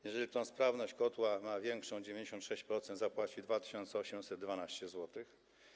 Jeżeli sprawność kotła ma większą - 96%, to zapłaci 2812 zł.